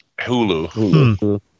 Hulu